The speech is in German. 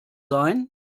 sein